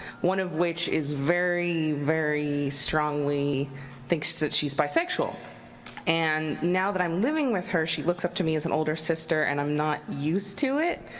one of which is very, very strongly thinks that she is bi sexual. and now that i'm living with her, she looks up to me as an older sister and i'm not used to it.